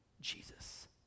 Jesus